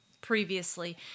previously